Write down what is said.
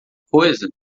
coisa